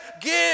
give